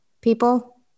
people